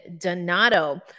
Donato